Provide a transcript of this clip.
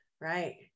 right